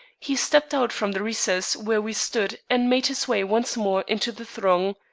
he stepped out from the recess where we stood and made his way once more into the throng.